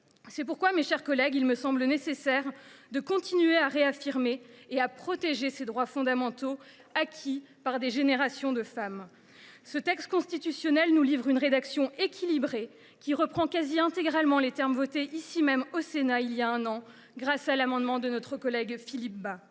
C’est pourquoi, mes chers collègues, il me semble nécessaire de continuer à réaffirmer et à protéger ces droits fondamentaux acquis par des générations de femmes. Ce texte constitutionnel nous livre une rédaction équilibrée, qui reprend quasi intégralement les termes votés ici même au Sénat il y a un an, grâce à l’amendement de notre collègue Philippe Bas.